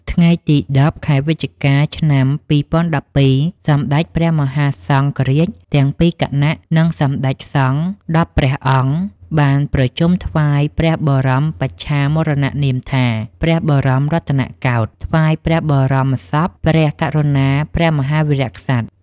ថ្ងៃទី១០ ខែវិច្ឆិកា ឆ្នាំ២០១២: សម្ដេចព្រះមហាសង្ឃរាជទាំងពីរគណៈ និងសម្ដេចព្រះសង្ឃ ១០ ព្រះអង្គ បានប្រជុំថ្វាយព្រះបរមបច្ឆាមរណនាមថា «ព្រះបរមរតនកោដ្ឋ» ថ្វាយព្រះបរមសពព្រះករុណាព្រះមហាវីរក្សត្រ។